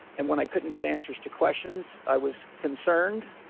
and when i couldn't get answers to questions, i was concerned.